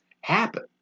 happen